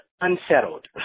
unsettled